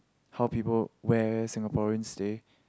how people where Singaporean stay